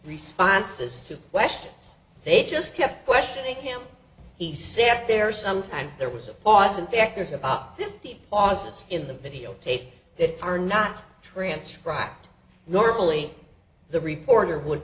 responses to questions they just kept questioning him he sat there sometimes there was a pause and the actors about fifty was in the videotape that are not transcribed normally the reporter would